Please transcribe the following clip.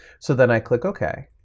so then i click ok,